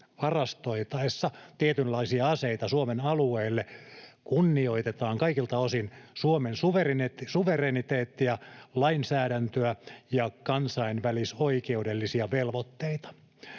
varastoitaessa tietynlaisia aseita Suomen alueelle, kunnioitetaan kaikilta osin Suomen suvereniteettia, lainsäädäntöä ja kansainvälisoikeudellisia velvoitteita.